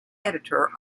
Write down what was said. editor